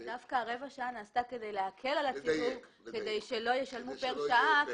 דווקא כדי להקל על הציבור, כדי שלא ישלמו פר שעה.